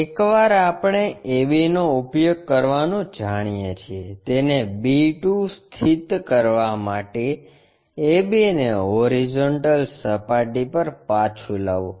એકવાર આપણે a b નો ઉપયોગ કરવાનું જાણીએ છીએ તેને b2 સ્થિત કરવા માટે આ a b ને હોરિઝોન્ટલ સપાટી પર પાછું લાવો